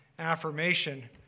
affirmation